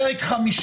פרק ה',